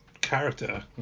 character